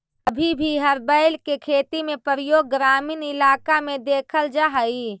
अभी भी हर बैल के खेती में प्रयोग ग्रामीण इलाक में देखल जा हई